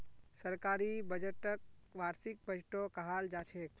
सरकारी बजटक वार्षिक बजटो कहाल जाछेक